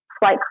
flight